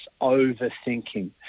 overthinking